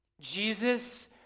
Jesus